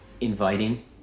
inviting